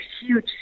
huge